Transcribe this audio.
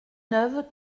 neuves